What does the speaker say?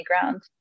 ground